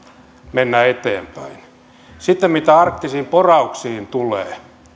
mennä eteenpäin mitä arktisiin porauksiin tulee